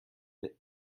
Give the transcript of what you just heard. bit